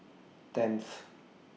tenth